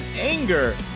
anger